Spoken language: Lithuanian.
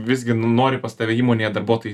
visgi nori pas tave įmonėje darbuotojai